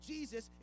Jesus